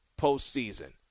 postseason